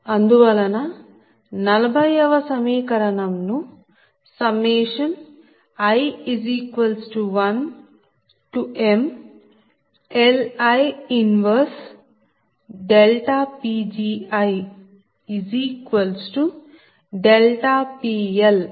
అందువలన 40 వ సమీకరణం ను i1mLi 1PgiPL అని రాయచ్చు